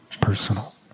personal